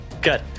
good